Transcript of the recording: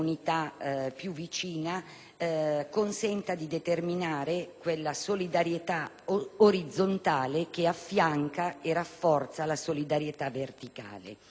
più vicina consenta di determinare quella solidarietà orizzontale che affianca e rafforza la solidarietà verticale.